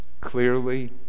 Clearly